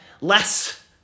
Less